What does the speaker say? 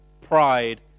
pride